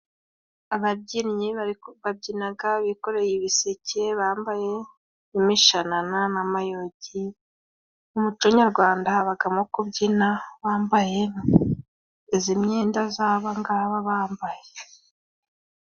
Ababyinnyi babyina bikoreye ibiseke, bambaye imishanana n'amayogi, mu muco nyarwanda habamo ku byina, bambaye iyi myenda y'abangaba bambaye.